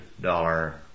dollar